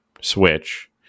Switch